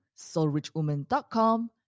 soulrichwoman.com